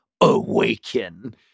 awaken